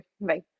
Bye